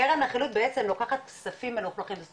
קרן החילוט בעצם לוקחת כספים מלוכלכים זאת